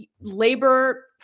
labor